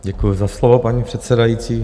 Děkuju za slovo, paní předsedající.